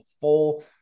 full